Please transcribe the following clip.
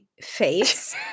face